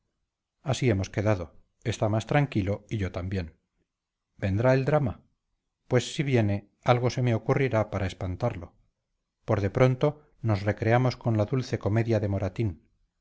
así hemos quedado está más tranquilo y yo también vendrá el drama pues si viene algo se me ocurrirá para espantarlo por de pronto nos recreamos con la dulce comedia de moratín